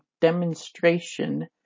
demonstration